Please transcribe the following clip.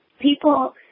people